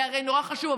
זה הרי נורא חשוב,